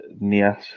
Nias